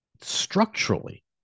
structurally